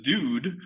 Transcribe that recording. dude